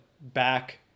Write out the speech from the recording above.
back